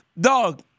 Dog